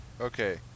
Okay